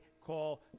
call